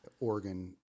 Organ